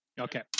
Okay